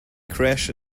crashed